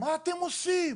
מה אתם עושים,